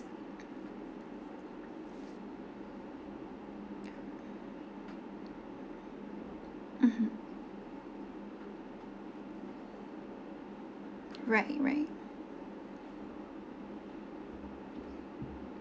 mmhmm right right